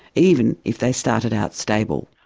even if they started out stable.